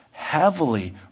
heavily